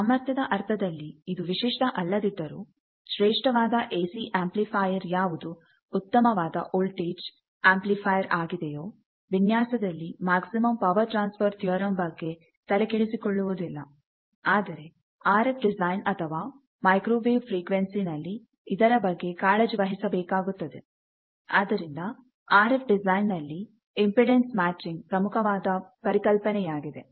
ಸಾಮರ್ಥ್ಯದ ಅರ್ಥದಲ್ಲಿ ಇದು ವಿಶಿಷ್ಟ ಅಲ್ಲದಿದ್ದರೂ ಶ್ರೇಷ್ಠವಾದ ಎಸಿ ಆಂಪ್ಲಿಫೈಯರ್ ಯಾವುದು ಉತ್ತಮವಾದ ವೋಲ್ಟೇಜ್ ಆಂಪ್ಲಿಫೈಯರ್ ಆಗಿದೆಯೋ ವಿನ್ಯಾಸದಲ್ಲಿ ಮ್ಯಾಕ್ಸಿಮಮ್ ಪವರ್ ಟ್ರಾನ್ಸ್ಫರ್ ಥಿಯರಮ್ ಬಗ್ಗೆ ತಲೆ ಕೆಡಿಸಿಕೊಳ್ಳುವುದಿಲ್ಲ ಆದರೆ ಆರ್ ಎಫ್ ಡಿಸೈನ್ ಅಥವಾ ಮೈಕ್ರೋವೇವ್ ಫ್ರಿಕ್ವೆನ್ಸಿ ನಲ್ಲಿ ಇದರ ಬಗ್ಗೆ ಕಾಳಜಿ ವಹಿಸಬೇಕಾಗುತ್ತದೆ ಆದ್ದರಿಂದ ಆರ್ ಎಫ್ ಡಿಸೈನ್ ನಲ್ಲಿ ಇಂಪೆಡನ್ಸ್ ಮ್ಯಾಚಿಂಗ್ ಪ್ರಮುಖವಾದ ಪರಿಕಲ್ಪನೆಯಾಗಿದೆ